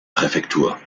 präfektur